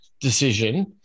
decision